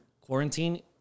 quarantine